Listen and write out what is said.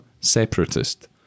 separatist